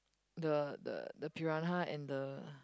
the the the Pirana and the